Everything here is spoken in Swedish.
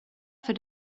för